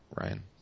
Ryan